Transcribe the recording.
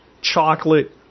chocolate